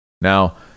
Now